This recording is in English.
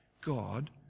God